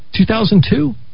2002